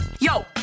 Yo